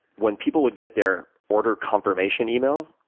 when people would get their order confirmation email,